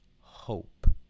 hope